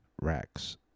racks